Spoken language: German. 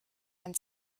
wenn